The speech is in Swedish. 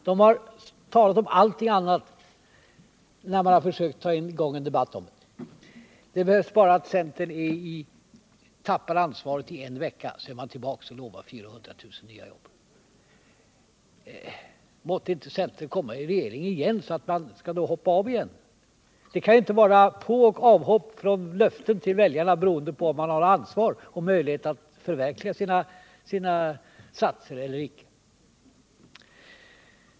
De har talat om allt annat, när man har försökt få i gång en debatt om detta. Det behövs bara att centern slipper ansvaret för en vecka, så är man tillbaka och lovar 400 000 nya jobb. Måtte centern inte komma i regering igen så att den skall hoppa av löftet ännu en gång. De kan ju inte göra påoch avhopp från löften till väljarna beroende på om de har ansvar och möjlighet att förverkliga sina satser eller inte.